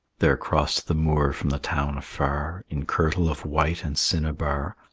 there crossed the moor from the town afar, in kirtle of white and cinnabar,